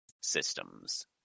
systems